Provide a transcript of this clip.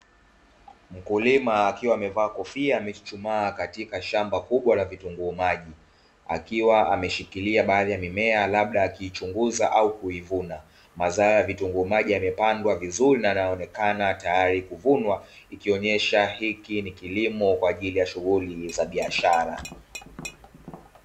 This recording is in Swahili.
Mkulima akiwa amevaa kofia amechuchuma katika shamba kubwa la vitunguu maji akiwa ameshikiria baadhi ya mimea labda akiichunguza au kuivuna, mazao ya vitunguu maji yamepandwa vizuri na yanaonekana tayari kuvunwa ikionyesha hiki ni kilimo kwaajili ya shughuli biashara.